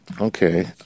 Okay